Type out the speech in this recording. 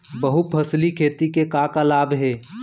बहुफसली खेती के का का लाभ हे?